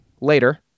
later